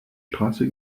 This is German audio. straße